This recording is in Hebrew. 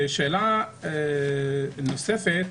שאלה נוספת.